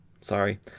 sorry